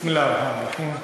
בסם אללה א-רחמאן א-רחים.